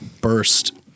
burst